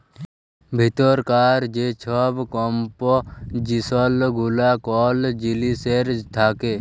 ভিতরকার যে ছব কম্পজিসল গুলা কল জিলিসের থ্যাকে